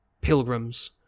pilgrims